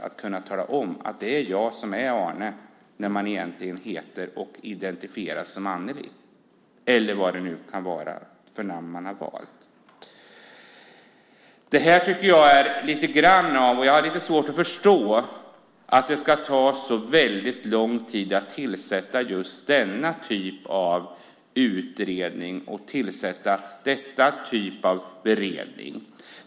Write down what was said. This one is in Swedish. Då måste man tala om det: Det är jag som är Arne, men egentligen heter jag Anneli och identifierar mig som det. Jag har lite svårt att förstå att det ska ta så lång tid att tillsätta just den här typen av utredning och beredning.